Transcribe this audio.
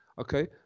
Okay